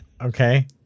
Okay